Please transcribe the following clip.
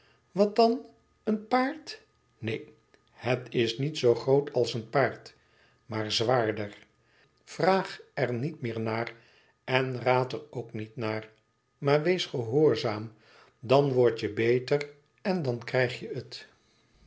wat dan een paard neen het is niet zoo groot als een paard maar zwaarder vraag er niet meer naar en raad er ook niet naar maar weesgehoorzaam dan wordt je beter en dan krijg je het